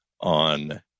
on